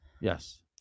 Yes